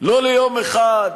לא ליום אחד,